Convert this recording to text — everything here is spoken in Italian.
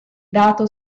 dato